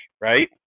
right